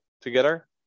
together